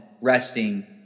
resting